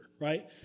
Right